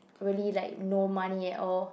really like no money at all